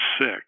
sick